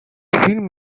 film